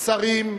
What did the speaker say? שרים,